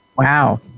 Wow